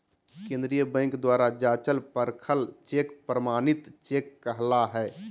केंद्रीय बैंक द्वारा जाँचल परखल चेक प्रमाणित चेक कहला हइ